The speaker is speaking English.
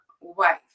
wife